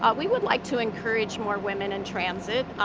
ah we would like to encourage more women in transit.